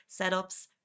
setups